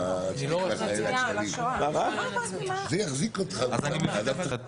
בשעה 10:41.) אני מחדש את הישיבה,